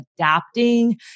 adapting